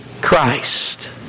Christ